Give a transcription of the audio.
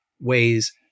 ways